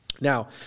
Now